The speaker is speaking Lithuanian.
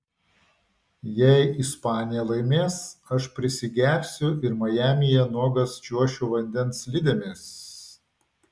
jei ispanija laimės aš prisigersiu ir majamyje nuogas čiuošiu vandens slidėmis